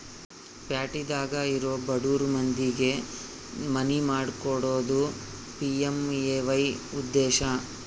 ಪ್ಯಾಟಿದಾಗ ಇರೊ ಬಡುರ್ ಮಂದಿಗೆ ಮನಿ ಮಾಡ್ಕೊಕೊಡೋದು ಪಿ.ಎಮ್.ಎ.ವೈ ಉದ್ದೇಶ